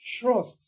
trust